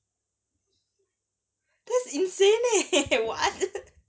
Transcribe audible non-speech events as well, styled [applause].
that's insane eh [laughs] what